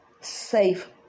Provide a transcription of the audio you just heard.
safe